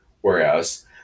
whereas